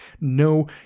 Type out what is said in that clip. No